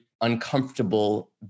uncomfortable